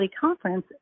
conference